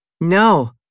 No